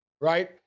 right